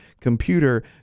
computer